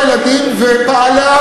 אני אמרתי שהיא קלטה את מרב הילדים ופעלה